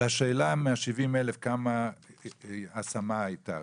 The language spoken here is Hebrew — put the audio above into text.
על השאלה מה-70,000 כמה השמה הייתה,